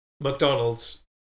McDonald's